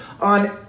on